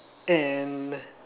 and